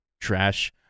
trash